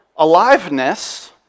aliveness